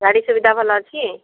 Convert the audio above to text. ଗଡ଼ି ସୁବିଧା ଭଲ ଅଛି